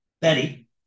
Betty